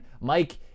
Mike